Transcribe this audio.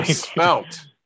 spelt